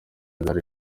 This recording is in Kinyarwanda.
gare